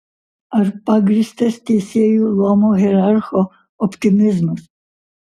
ar pagrįstas teisėjų luomo hierarcho optimizmas